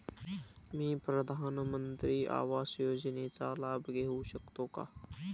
मी प्रधानमंत्री आवास योजनेचा लाभ घेऊ शकते का?